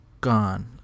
gone